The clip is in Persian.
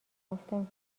گفتم